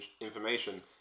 information